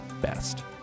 best